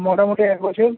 মোটামোটি এক বছর